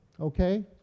okay